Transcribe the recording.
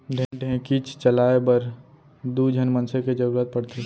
ढेंकीच चलाए बर दू झन मनसे के जरूरत पड़थे